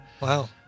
Wow